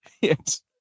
Yes